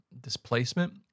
displacement